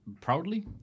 Proudly